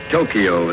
Tokyo